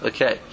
Okay